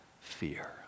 fear